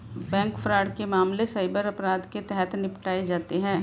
bank fraud के मामले cyber अपराध के तहत निपटाए जाते हैं